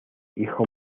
hijo